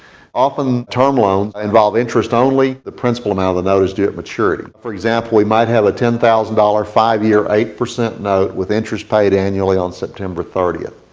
often, term loans involve interest only. the principle amount of the note is due at maturity. for example, we might have a ten thousand dollars, five year, eight percent note, with interest paid annually on september thirtieth.